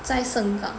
在盛港